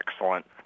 Excellent